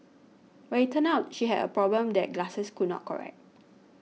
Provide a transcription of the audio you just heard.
but it turned out she had a problem that glasses could not correct